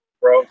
bro